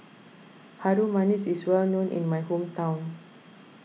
Harum Manis is well known in my hometown